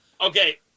okay